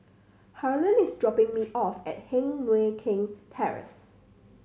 Harland is dropping me off at Heng Mui Keng Terrace